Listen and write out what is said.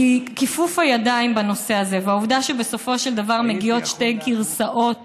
כי כיפוף הידיים בנושא הזה והעובדה שבסופו של דבר מגיעות שתי גרסאות